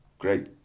great